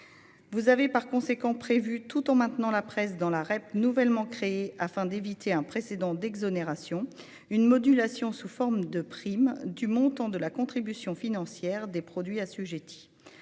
Vous avez par conséquent prévu, tout en maintenant la presse dans la REP nouvellement créée afin d'éviter un « précédent d'exonération », une modulation sous forme de prime du montant de la contribution financière des produits assujettis.